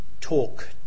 talk